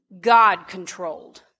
God-controlled